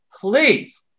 please